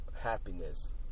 happiness